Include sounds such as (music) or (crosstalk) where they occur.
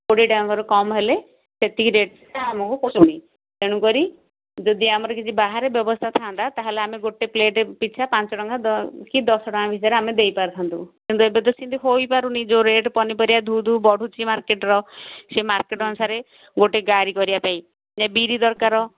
କୋଡ଼ିଏ ଟଙ୍କାରୁ କମ୍ ହେଲେ ସେତିକି ରେଟ୍ ଆମକୁ ପୋଷଉନି ତେଣୁକରି ଯଦି ଆମର କିଛି ବାହାରେ ବ୍ୟବସାୟ ଥାଆନ୍ତା ତାହାଲେ ଆମେ ଗୋଟେ ପ୍ଲେଟ ପିଛା ପାଞ୍ଚ ଟଙ୍କା କି ଦଶ ଟଙ୍କା ଭିତରେ ଆମେ ଦେଇ ପାରି ଥାନ୍ତୁ (unintelligible) ହୋଇ ପାରୁନି ଯୋଉ ରେଟ୍ ପନିପରିବା ରେଟ୍ ଧୁ ଧୁ ହୋଇ ବଢ଼ିଛି ମାର୍କେଟର ସେ ମାର୍କେଟ ଅନୁସାରେ ଗୋଟେ ନାଡ଼ି କରିବାପାଇଁ ହେଲେ ବିରି ଦରକାର